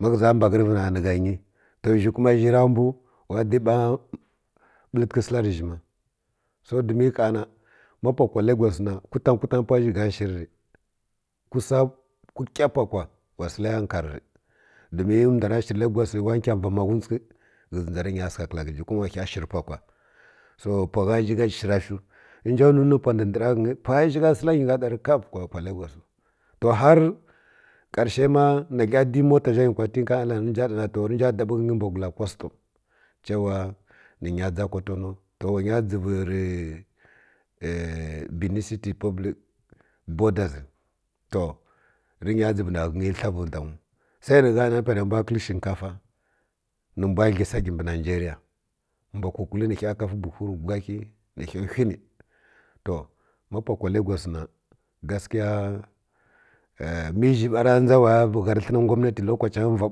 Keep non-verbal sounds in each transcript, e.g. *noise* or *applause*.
Ma ghə zi mbaghə rə vina na gha nyi to zhi kuma zhi ra mbw wa tə ha’ bəltəkə sila rə zhi ma so domin ha na ma kwa pwa lagos na kwuta kwutan pwa gha’ zhi ka shi rə kwsa kəkah pwa kwa wasila ya nkar rə domin ndw rə shir lagos wa nkang va maghitsuki ghə zi ndw rə ghə nya səkə kala ghə nji kuma ira ghə shir pwa kwa so pwa gha zhi gha shi ra shiw rə nja nunwi pwa ndər-ndər ghənyi pwa shi gha sila nyi ha ɗar kaf kwa lagos siw to har karshe ma na dlə didi mota zha nyi kwa tinkang ilang rə nja ɗa na rə nja dambi ghə nyi ghə təni mbudula customs ce wa ni gha nya dʒa kwatano nto wa nyi dʒivu tə *hesitation* benin city republic to rə nya dzivu na ghə nyi hə vi ndwangiw sai gha nani panə mbw kəl fu shinkafa ni mbw dləyi sagə mbə nigeria mbw kukul ni ghə kaf buhu rə wili gha ni ghə whi whi nə to ma pwa lagos na gaskya *hesitation* mə zhi bara harə həna ngwamuti lokace va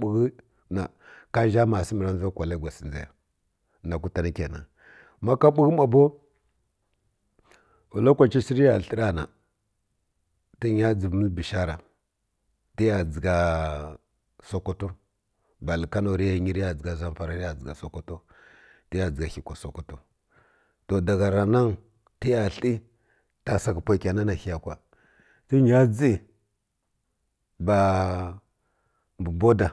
bukə na ka zha ma səm ra dʒai kwa lagos dʒaya na kwitan kena ma ka bukə ma bow wa lokace shi ra na tə ghə nya dʒivə məl bishara tə ya dʒiga sokoto ba kwa kano rə ya nyi rə dʒa zafara rə ya dʒa sokoto tə ya dʒa hi kwa sokoto to dagha roman tə hə tasaka pwa na rə kenan na hi kira fə nya dʒi ba mbə boda